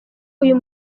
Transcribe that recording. uyu